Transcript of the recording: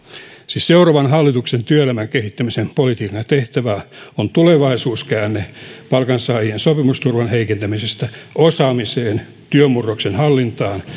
siis seuraavan hallituksen työelämän kehittämisen politiikan tehtävä on tulevaisuuskäänne palkansaajien sopimusturvan heikentämisestä osaamiseen työn murroksen hallintaan